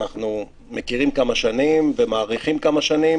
אנחנו מכירים כמה שנים ומעריכים כמה שנים.